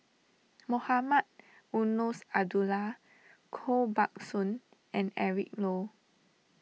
Mohamed Eunos Abdullah Koh Buck Song and Eric Low